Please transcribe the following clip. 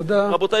רבותי,